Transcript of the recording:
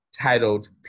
titled